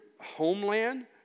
homeland